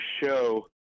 show